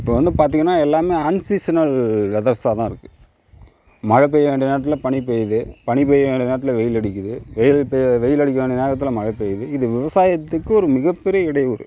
இப்போ வந்து பார்த்திங்கன்னா எல்லாம் அன்சீசனல் வெதர்ஸாதான் இருக்கு மழை பெய்ய வேண்டிய நேரத்தில் பனி பெய்யுது பனி பேய வேண்டிய நேரத்தில் வெயில் அடிக்கிது வெயில் பேய வெயில் அடிக்க வேண்டிய நேரத்தில் மழை பெய்யிது இது விவசாயத்துக்கு ஒரு மிக பெரிய இடையூறு